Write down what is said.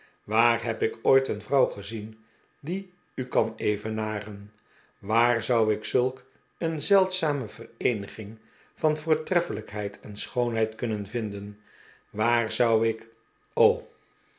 waar heb ik ooit een vrouw gezien die u kan evenaren waar zou ik zulk een zeldzame vereeniging van voortreffelijkheid en schoonheid kunnen vinden waar zou ik o